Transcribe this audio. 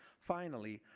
finally,